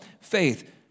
Faith